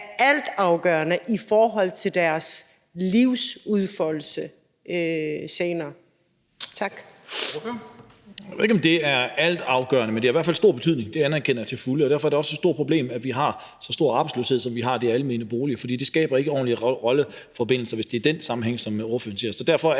Dam Kristensen): Ordføreren. Kl. 18:07 Lars Boje Mathiesen (NB): Jeg ved ikke, om det er altafgørende, men det har i hvert fald stor betydning, det anerkender jeg til fulde, og derfor er det også et stort problem, at vi har så stor arbejdsløshed, som vi har, i de almene boliger, for det skaber ikke ordentlige rollemodeller, hvis det er den sammenhæng, som spørgeren ser.